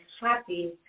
happy